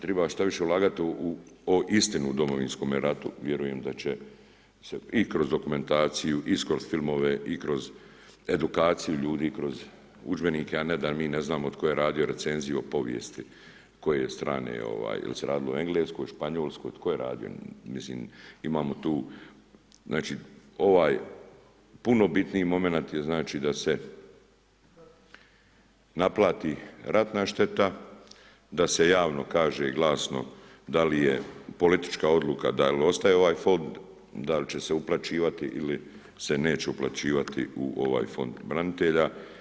Trebaš to više ulagati u istinu o Domovinskom ratu, vjerujem da će se i kroz dokumentaciju i kroz filmove i kroz edukaciju ljudi, kroz udžbenike, a ne da mi ne znamo tko je radio recenziju o povijesti, jel se radilo o Engleskoj, Španjolskoj, tko je radio, mislim imamo tu znači ovaj puno bitniji momenat je znači da se naplati ratna šteta, da se javno kaže i glasno da li je politička odluka da li ostaje ovaj fond, da li će se uplaćivati ili se neće uplaćivati u ovaj fond branitelja.